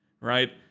right